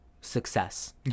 success